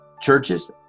churches